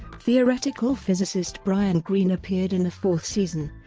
theoretical physicist brian greene appeared in the fourth season,